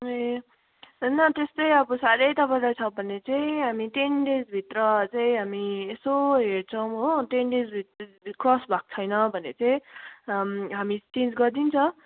ए होइन त्यस्तै अब साह्रै तपाईँलाई छ भने तपाईँ हामी टेन डेजभित्र तपाईँ हामी यसो हेर्छौँ हो टेन डेजभित्र क्रस भएको छैन भने चाहिँ हामी चेन्ज गरिदिन्छ